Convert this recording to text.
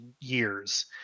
years